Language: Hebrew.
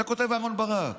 את זה כותב אהרן ברק